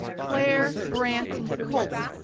clare brandt colt,